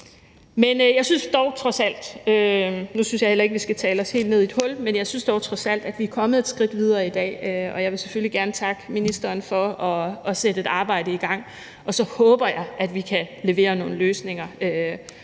helt ned i et hul – at vi er kommet et skridt videre i dag. Og jeg vil selvfølgelig gerne takke ministeren for at sætte et arbejde i gang, og så håber jeg, at vi kan levere nogle løsninger,